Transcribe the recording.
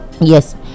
Yes